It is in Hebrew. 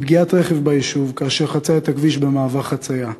מפגיעת רכב ביישוב כאשר חצה את הכביש במעבר חציה.